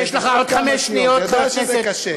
אני יודע שזה קשה.